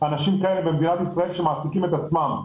אנשים כאלה במדינת ישראל שמעסיקים את עצמם.